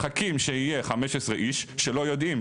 מחכים שיהיו 15 איש שלא יודעים,